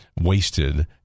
wasted